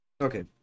Okay